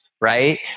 right